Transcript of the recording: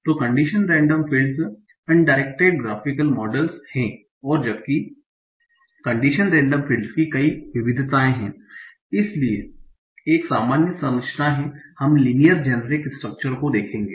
तो condition random fields undirected graphical models हैं और जबकि कन्डिशन रेंडम फील्ड्स की कई विविधताएं हैं इसलिए एक सामान्य संरचना है हम लिनियर जेनेरिक स्ट्रक्चर को देखेंगे